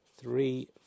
three